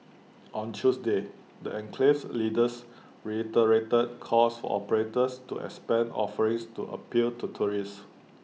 on Tuesday the enclave's leaders reiterated calls for operators to expand offerings to appeal to tourists